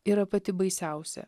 yra pati baisiausia